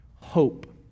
hope